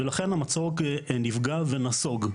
ולכן המצוק נפגע ונסוג.